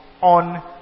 on